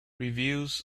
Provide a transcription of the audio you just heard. reviews